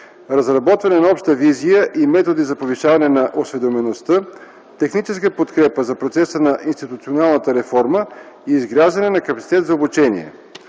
разработване на обща визия и методи за повишаване на осведомеността, техническа подкрепа за процеса на институционалната реформа и изграждане на капацитет за обучение.